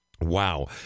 wow